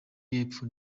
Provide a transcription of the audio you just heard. y’epfo